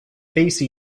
face